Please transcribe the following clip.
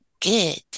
good